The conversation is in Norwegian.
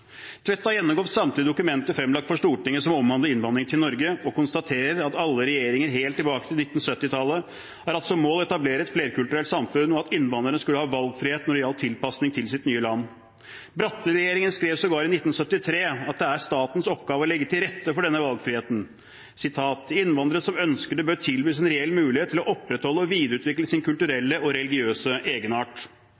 Tvedt har gjennomgått samtlige dokumenter fremlagt for Stortinget som omhandler innvandring til Norge, og konstaterer at alle regjeringer helt tilbake til 1970-tallet har hatt som mål å etablere et flerkulturelt samfunn, og at innvandrerne skulle ha valgfrihet når det gjaldt tilpasning til sitt nye land. Bratteli-regjeringen skrev sågar i 1973 at det er statens oppgave å legge til rette for denne valgfriheten, og at innvandrere som ønsker det, bør tilbys en reell mulighet til å opprettholde og videreutvikle sin